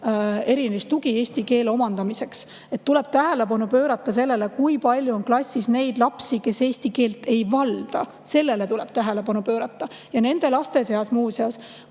raames tuge eesti keele omandamiseks. Tuleb tähelepanu pöörata sellele, kui palju on klassis neid lapsi, kes eesti keelt ei valda. Sellele tuleb tähelepanu pöörata. Ja nende laste seas, muuseas,